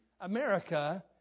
America